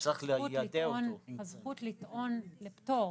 הזכות לטעון לפטור.